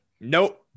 Nope